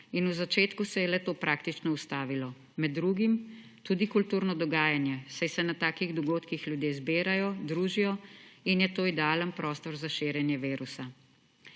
in v začetku se je le-to praktično ustavilo, med drugim tudi kulturno dogajanje, saj se na takih dogodkih ljudje zbirajo, družijo in je to idealen prostor za širjenje virusa.